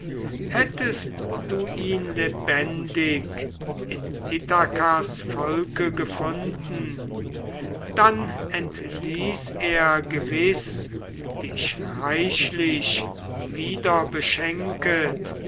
hättest du ihn lebendig in ithakas volke gefunden dann entließ er gewiß dich reichlich wiederbeschenket